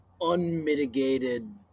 unmitigated